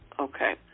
okay